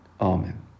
Amen